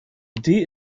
idee